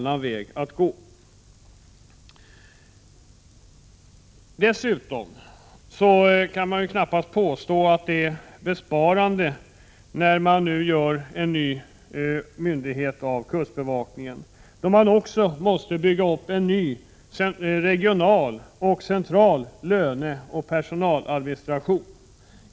Man kan inte heller hävda att det innebär besparingar att göra en ny myndighet av kustbevakningen, då det i så fall måste byggas upp en ny regional och central löneoch personaladministration.